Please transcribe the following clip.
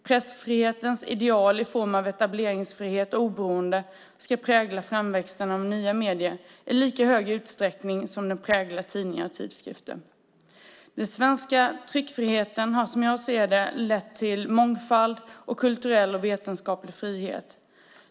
Pressfrihetens ideal i form av etableringsfrihet och oberoende ska prägla framväxten av nya medier i lika hög utsträckning som den präglar tidningar och tidskrifter. Den svenska tryckfriheten har, som jag ser det, lett till mångfald samt kulturell och vetenskaplig frihet.